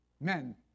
men